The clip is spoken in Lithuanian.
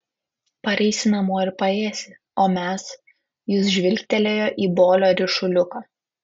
pareisi namo ir paėsi o mes jis žvilgtelėjo į bolio ryšuliuką